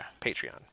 Patreon